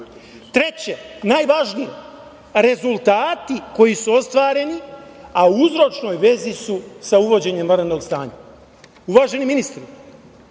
najvažnije, rezultati koji su ostvareni, a u uzročnoj vezi su sa uvođenjem vanrednog stanja. Uvaženi ministri,